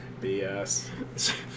BS